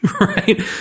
right